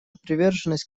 приверженность